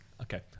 Okay